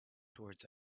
towards